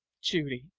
judy